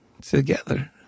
together